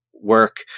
work